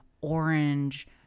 orange